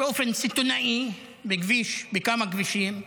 באופן סיטונאי בכביש, בכמה כבישים,